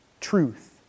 truth